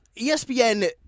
ESPN